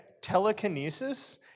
Telekinesis